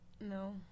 No